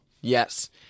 Yes